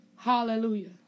Hallelujah